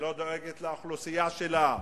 שלא דואגת לאוכלוסייה שלה,